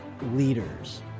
Leaders